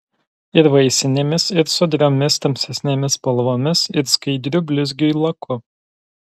ir vaisinėmis ir sodriomis tamsesnėmis spalvomis ir skaidriu blizgiui laku